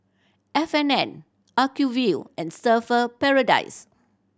F and N Acuvue and Surfer Paradise